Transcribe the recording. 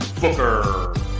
Booker